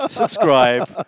subscribe